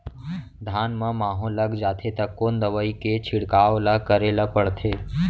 धान म माहो लग जाथे त कोन दवई के छिड़काव ल करे ल पड़थे?